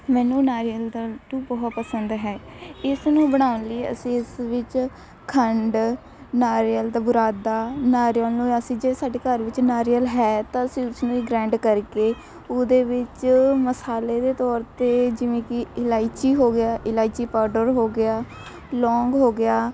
ਮੈਨੂੰ ਨਾਰੀਅਲ ਦਾ ਲੱਡੂ ਬਹੁਤ ਪਸੰਦ ਹੈ ਇਸ ਨੂੰ ਬਣਾਉਣ ਲਈ ਅਸੀਂ ਇਸ ਵਿੱਚ ਖੰਡ ਨਾਰੀਅਲ ਦਾ ਬੁਰਾਦਾ ਨਾਰੀਅਲ ਨੂੰ ਅਸੀਂ ਜੇ ਸਾਡੇ ਘਰ ਵਿੱਚ ਨਾਰੀਅਲ ਹੈ ਤਾਂ ਅਸੀਂ ਉਸਨੂੰ ਹੀ ਗ੍ਰੈਂਡ ਕਰਕੇ ਉਹਦੇ ਵਿੱਚ ਮਸਾਲੇ ਦੇ ਤੌਰ 'ਤੇ ਜਿਵੇਂ ਕਿ ਇਲਾਇਚੀ ਹੋ ਗਿਆ ਇਲਾਇਚੀ ਪਾਊਡਰ ਹੋ ਗਿਆ ਲੋਂਗ ਹੋ ਗਿਆ